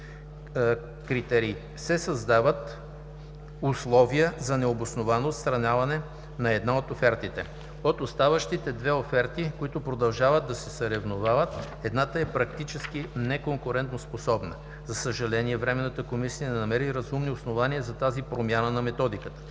критерий се създават условия за необосновано отстраняване на една от офертите. От оставащите две оферти, които продължават да се съревновават, едната е практически неконкурентноспособна. За съжаление, Временната комисия не намери разумни основания за тази промяна на Методиката.